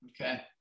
Okay